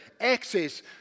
access